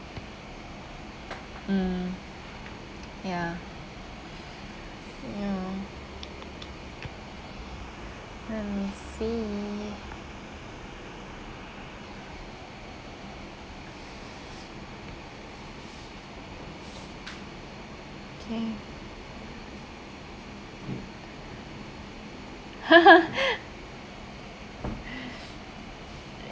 mm ya ya let me see okay